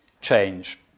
change